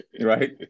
right